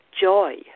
Joy